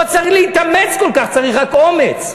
לא צריך להתאמץ כל כך, צריך רק אומץ.